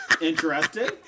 Interesting